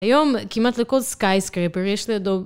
היום כמעט לכל skyscaper פירשתי לידו